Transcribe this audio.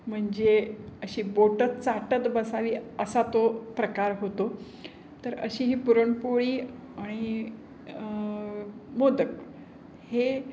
म्हणजे अशी बोटं चाटत बसावी असा तो प्रकार होतो तर अशी ही पुरणपोळी आणि मोदक हे